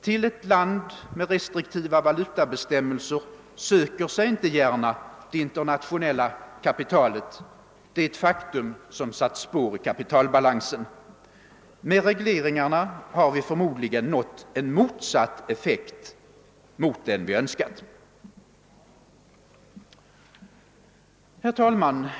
Till ett land med restriktiva valutabestämmelser söker sig inte gärna det internationella kapitalet; det är ett faktum som satt spår i vår kapitalbalans. Med regleringarna har vi förmodligen nått en effekt motsatt den vi önskat. Herr talman!